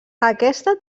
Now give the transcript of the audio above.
aquesta